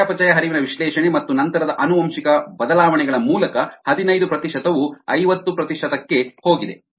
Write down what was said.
ಚಯಾಪಚಯ ಹರಿವಿನ ವಿಶ್ಲೇಷಣೆ ಮತ್ತು ನಂತರದ ಆನುವಂಶಿಕ ಬದಲಾವಣೆಗಳ ಮೂಲಕ ಹದಿನೈದು ಪ್ರತಿಶತವು ಐವತ್ತು ಪ್ರತಿಶತಕ್ಕೆ ಹೋಗಿದೆ